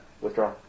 withdraw